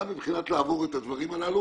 גם לעבור את הדברים הללו.